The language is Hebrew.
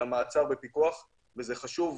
אלא מעצר בפיקוח אלקטרוני וזה חשוב,